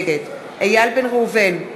נגד איל בן ראובן,